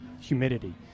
humidity